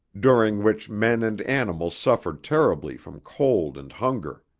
during which men and animals suffered terribly from cold and hunger.